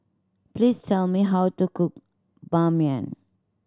please tell me how to cook Ban Mian